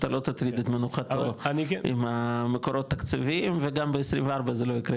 אתה לא תטריד את מנוחתו עם מקורות תקצביים וגם ב-24 זה לא ייקרה,